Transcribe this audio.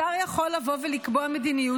השר יכול לבוא ולקבוע מדיניות,